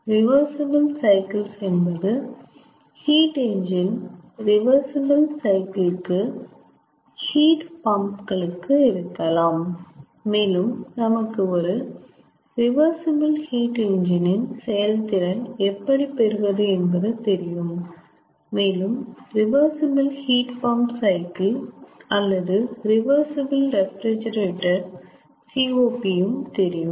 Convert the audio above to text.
reversible cycles என்பது heat engine reversible cycle கு heat pump களுக்கு இருக்கலாம் மேலும் நமக்கு ஒரு ரிவர்சிபிள் ஹீட் என்ஜின் இன் செயல்திறன் எப்படி பெறுவது என்று தெரியும் மேலும் ரிவர்சிபிள் ஹீட் பம்ப் சைக்கிள் அல்லது ரிவர்சிபிள் ரெபிஜேரடர் COP உம் தெரியும்